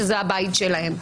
וזה הבית שלהם.